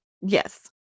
Yes